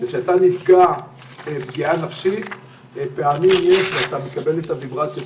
כאשר אתה נפגע פגיעה נפשית לעתים אתה מקבל את הוויברציות